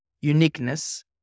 uniqueness